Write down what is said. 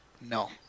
No